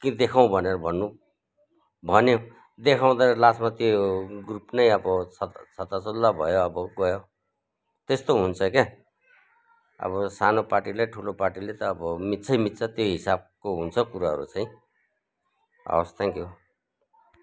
कि देखाउँ भनेर भन्नु भन्यो देखाउँदा लास्टमा त्यो ग्रुप नै अब छत छताछुल्ल भयो अब गयो त्यस्तो हुन्छ क्या अब सानो पार्टीले ठुलो पार्टीले त अब मिच्छै मिच्छ त्यो हिसाबको हुन्छ कुराहरू चैँ हवस् थ्याङ्क यू